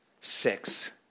six